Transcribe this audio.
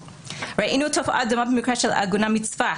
ראינו תופעה דומה במקרה של העגונה מצפת,